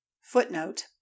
Footnote